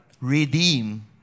redeem